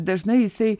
dažnai jisai